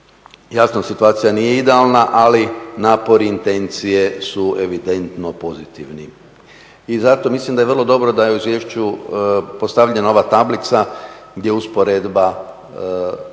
Jasno, situacija nije idealna, ali napori i intencije su evidentno pozitivni. I zato mislim da je vrlo dobro da je u izvješću postavljena ova tablica gdje usporedba